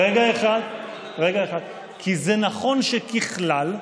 כי נכון שככלל,